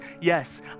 yes